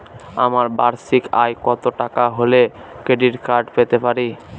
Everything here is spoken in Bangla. আমার বার্ষিক আয় কত টাকা হলে ক্রেডিট কার্ড পেতে পারি?